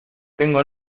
tengo